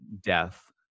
death